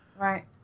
right